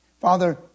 Father